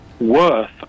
worth